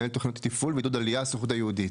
מנהל תוכניות תפעול ועידוד עלייה הסוכנות היהודית,